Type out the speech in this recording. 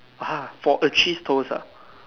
!wah! for a cheese toast ah